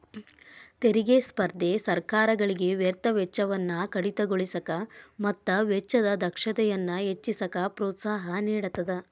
ತೆರಿಗೆ ಸ್ಪರ್ಧೆ ಸರ್ಕಾರಗಳಿಗೆ ವ್ಯರ್ಥ ವೆಚ್ಚವನ್ನ ಕಡಿತಗೊಳಿಸಕ ಮತ್ತ ವೆಚ್ಚದ ದಕ್ಷತೆಯನ್ನ ಹೆಚ್ಚಿಸಕ ಪ್ರೋತ್ಸಾಹ ನೇಡತದ